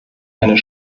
einer